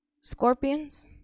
Scorpions